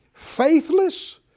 faithless